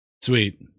Sweet